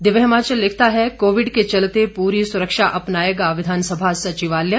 दिव्य हिमाचल लिखता है कोविड के चलते पूरी सुरक्षा अपनाएगा विधानसभा सचिवालय